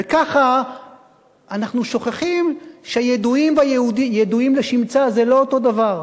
וככה אנחנו שוכחים שידועים וידועים לשמצה זה לא אותו דבר,